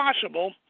possible